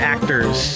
Actors